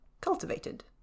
cultivated